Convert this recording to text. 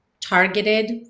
targeted